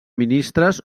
ministres